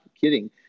kidding